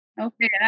Okay